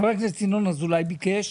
חבר הכנסת ינון אזולאי ביקש,